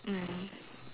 mm